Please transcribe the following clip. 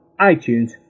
iTunes